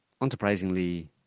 unsurprisingly